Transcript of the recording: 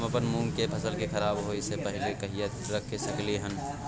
हम अपन मूंग के फसल के खराब होय स पहिले कहिया तक रख सकलिए हन?